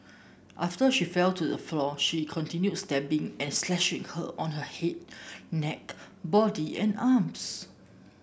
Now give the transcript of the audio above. after she fell to the floor he continued stabbing and slashing her on her head neck body and arms